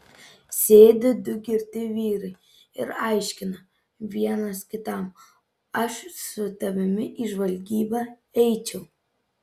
sėdi du girti vyrai ir aiškina vienas kitam aš su tavimi į žvalgybą eičiau